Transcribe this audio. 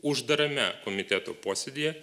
uždarame komiteto posėdyje